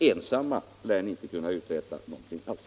Ensamma lär ni inte kunna uträtta någonting alls.